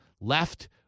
Left